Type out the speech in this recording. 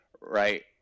right